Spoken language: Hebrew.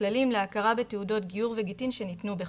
כללים להכרה בתעודות גיור וגיטין שניתנו בחו"ל.